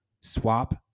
swap